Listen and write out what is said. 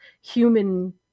human